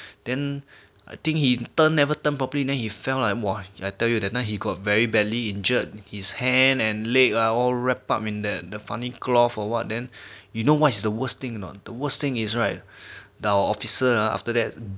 then I think he turn never turn properly and then he fell lah !wah! I tell you that night he got very badly injured his hand and leg are all wrapped up in the funny cloth or what then you know what's the worst thing or not the worst thing is right thou officer after that